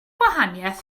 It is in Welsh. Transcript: gwahaniaeth